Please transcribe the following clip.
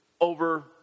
over